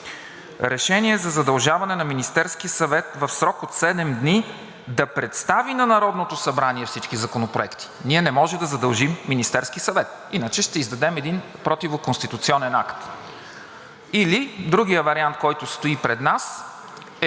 решение за задължаване на Министерския съвет в срок от седем дни да представи на Народното събрание всички законопроекти. Ние не може да задължим Министерския съвет, иначе ще издадем един противоконституционен акт. Другият вариант, който стои пред нас, е